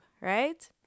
right